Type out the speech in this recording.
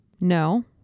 No